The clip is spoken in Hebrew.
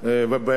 ובאמת,